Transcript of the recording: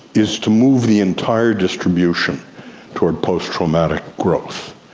is to move the entire distribution toward post-traumatic growth.